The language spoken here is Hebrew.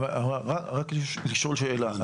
רק לשאול שאלה.